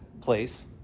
place